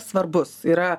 svarbus yra